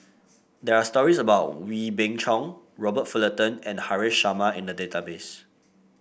there are stories about Wee Beng Chong Robert Fullerton and Haresh Sharma in the database